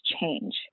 change